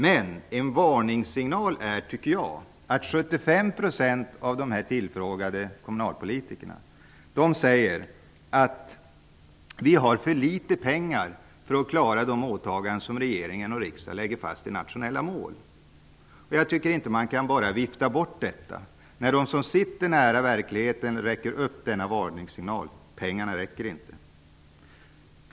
Men jag anser att det är en varningssignal att 75 % av de tillfrågade kommunalpolitikerna säger att de har för litet pengar för att klara de åtaganden som regeringen och riksdagen lägger fast i nationella mål. Det går inte att bara vifta bort att de som sitter nära verkligheten ger denna varningssignal: pengarna räcker inte.